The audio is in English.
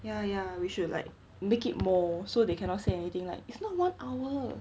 ya ya we should like make it more so they cannot say anything like it's not one hour